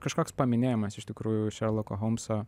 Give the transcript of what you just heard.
kažkoks paminėjimas iš tikrųjų šerloko homso